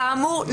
כאמור,